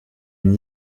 une